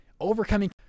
overcoming